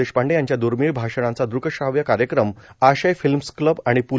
देशपांडे यांच्या द्र्मीळ भाषणांचा दृकश्राव्य कार्यक्रम आशय फिल्मस क्लब आणि प्